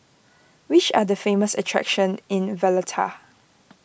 which are the famous attractions in Valletta